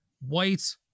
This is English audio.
white